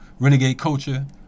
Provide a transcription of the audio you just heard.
RenegadeCulture